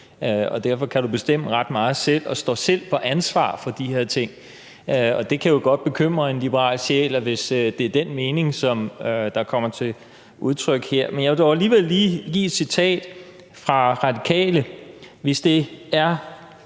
og derfor kan du bestemme ret meget selv og står selv til ansvar for de her ting. Og det kan jo godt bekymre en liberal sjæl, hvis det er den mening, som kommer til udtryk her. Men jeg vil dog alligevel lige komme med et citat fra Radikale: »Hvis der er